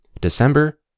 December